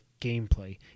gameplay